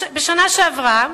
בשנה שעברה,